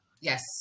yes